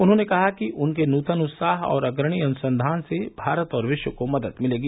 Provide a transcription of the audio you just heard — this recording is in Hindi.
उन्होंने कहा कि उनके नूतन उत्साह और अग्रणी अनुसंधान से भारत और विश्व को मदद मिली है